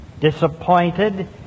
disappointed